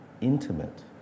intimate